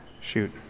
shoot